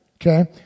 Okay